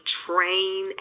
train